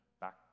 back